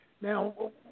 Now